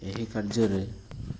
ଏହି କାର୍ଯ୍ୟରେ